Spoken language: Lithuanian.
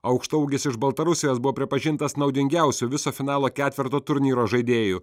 aukštaūgis iš baltarusijos buvo pripažintas naudingiausiu viso finalo ketverto turnyro žaidėju